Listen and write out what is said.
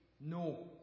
no